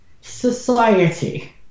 society